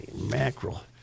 mackerel